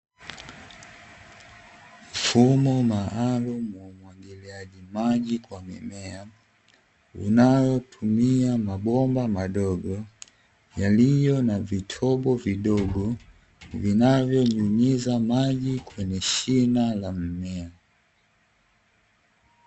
Mfumo maalumu wa umwagiliaji maji kwa mimea, Unaotumia mabomba madogo yaliyo na vitobo vidogo vinavyonyunyiza maji kwenye shina la mmea.